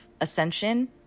ascension